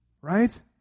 Right